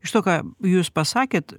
iš to ką jūs pasakėt